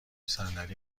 صندلی